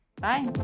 Bye